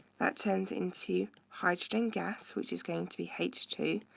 that turns into hydrogen gas, which is going to be h two,